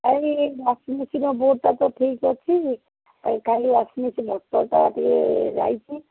କାଇଁ washing machine ବୋର୍ଡ଼୍ଟା ତ ଠିକ୍ ଅଛି ଖାଲି ୱାଶିଂ ମେସିନ୍ ମୋଟରଟା ଟିକେ ଯାଇଛି